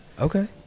Okay